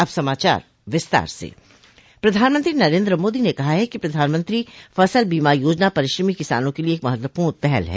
अब समाचार विस्तार से प्रधानमंत्री नरेंद्र मोदी ने कहा है कि प्रधानमंत्री फसल बीमा योजना परिश्रमी किसानों के लिए एक महत्वपूर्ण पहल है